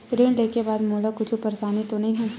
ऋण लेके बाद मोला कुछु परेशानी तो नहीं होही?